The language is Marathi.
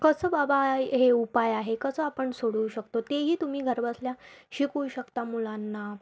कसं बाबा हे उपाय आहे कसं आपण सोडवू शकतो तेही तुम्ही घर बसल्या शिकवू शकता मुलांना